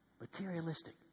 Materialistic